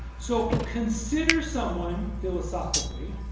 so consider someone, philosophically,